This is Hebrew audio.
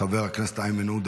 חבר הכנסת איימן עודה,